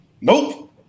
Nope